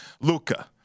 Luca